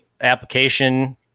application